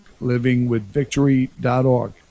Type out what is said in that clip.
livingwithvictory.org